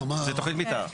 להגיע להבנה.